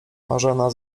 marzena